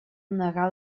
negar